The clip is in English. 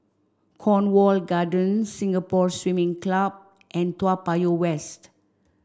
Cornwall Gardens Singapore Swimming Club and Toa Payoh West